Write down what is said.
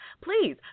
Please